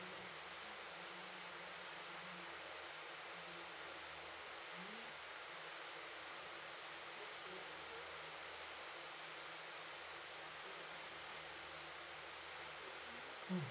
mm